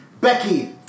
Becky